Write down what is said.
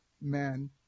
men